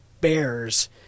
bears